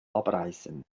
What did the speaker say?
abreißen